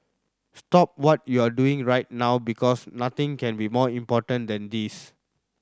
stop what you're doing right now because nothing can be more important than this